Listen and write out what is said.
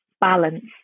balance